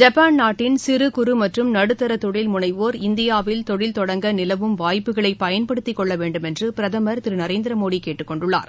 Japan நாட்டின் சிறு குறு மற்றும் நடுத்தர தொழில் முனைவோர் இந்தியாவில் தொழில் தொடங்க நிலவும் வாய்ப்புகளை பயன்படுத்திக் கொள்ள வேண்டும் என்று பிரதமர் திரு நரேந்திர மோடி கேட்டுக்கொண்டுள்ளார்